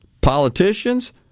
politicians